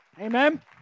Amen